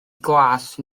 glas